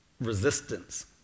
resistance